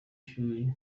shuri